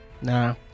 Nah